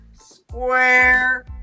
square